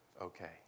Okay